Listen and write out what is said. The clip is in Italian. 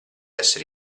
esser